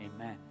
Amen